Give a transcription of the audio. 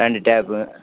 அஞ்சு டேப்பு